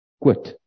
quit